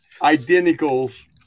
identicals